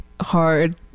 hard